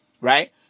right